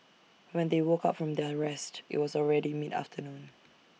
when they woke up from their rest IT was already mid afternoon